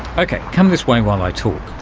okay, come this way while i talk.